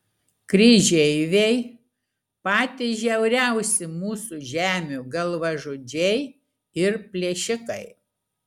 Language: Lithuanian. kryžeiviai patys žiauriausi mūsų žemių galvažudžiai ir plėšikai